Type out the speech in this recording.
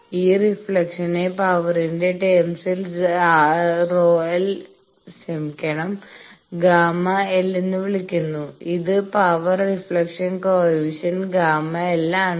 ഈ റിഫ്ലക്ഷൻനെ പവറിന്റെ ടേമ്സിൽ ΓL എന്ന് വിളിക്കുന്നു ഇത് പവർ റിഫ്ളക്ഷൻ കോയെഫിഷ്യന്റ് ΓL ആണ്